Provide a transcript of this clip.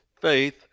faith